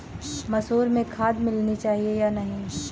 मसूर में खाद मिलनी चाहिए या नहीं?